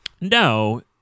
No